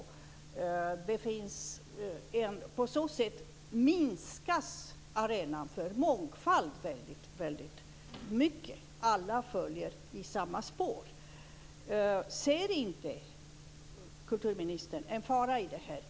Arenan för mångfald kan minskas väldigt mycket. Alla följer i samma spår. Ser inte kulturministern en fara i detta?